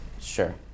Sure